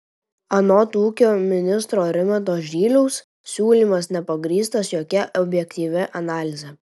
anot ūkio ministro rimanto žyliaus siūlymas nepagrįstas jokia objektyvia analize